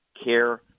care